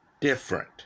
different